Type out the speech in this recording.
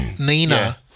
Nina